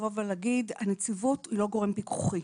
הנציבות לא גורם פיקוחי.